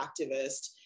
activist